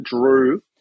Drew